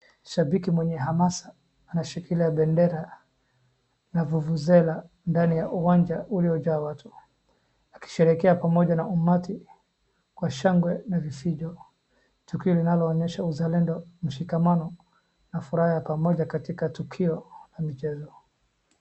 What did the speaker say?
Shambiki mwenye hamasa anashikilia bendera na vuvuzela ndani ya uwanja ulionjaa watu akisherehekea pamoja na umati kwa shangwe na vifijo, tukio linaloonyesha uzalendo, mshikamano na furaha ya pamoja katika tukio na michezo.